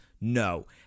No